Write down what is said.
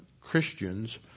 Christians